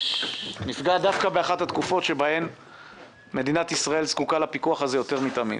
נפגע דווקא באחת התקופות שבהן מדינת ישראל זקוקה לפיקוח הזה יותר מתמיד.